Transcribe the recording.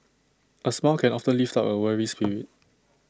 A smile can often lift A weary spirit